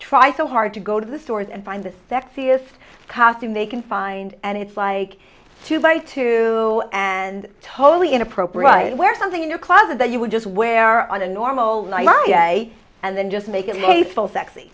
try so hard to go to the stores and find that their fear costume they can find and it's like two by two and totally inappropriate wear something in your closet that you would just wear on a normal day and then just make it a full sexy